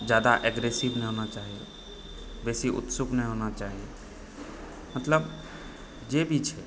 जादा एग्रेसिव नहि होना चाही बेसी उत्सुक नहि होना चाही मतलब जे भी छै